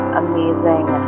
amazing